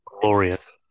Glorious